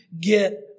get